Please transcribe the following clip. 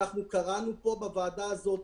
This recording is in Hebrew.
אנחנו קראנו פה בוועדה הזאת